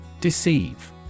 Deceive